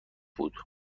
بود